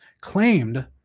claimed